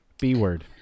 B-word